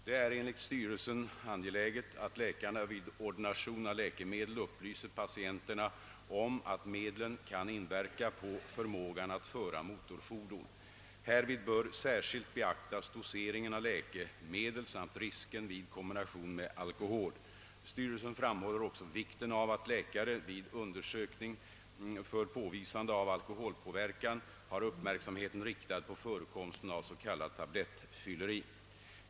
Det är enligt styrelsen angeläget, att läkarna vid ordination av läkemedel upplyser patienterna om att medlen kan inverka på förmågan att föra motorfordon. Härvid bör särskilt beaktas doseringen av läkemedlen samt risken vid kombination med alkohol. Styrelsen framhåller också vikten av att läkare vid undersökning för påvisande av alkoholpåverkan har uppmärksamheten riktad på förekomsten av s.k. tablettfylleri.